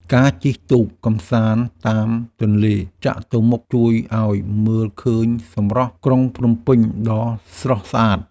ការជិះទូកកម្សាន្តតាមទន្លេចតុមុខជួយឱ្យមើលឃើញសម្រស់ក្រុងភ្នំពេញដ៏ស្រស់ស្អាត។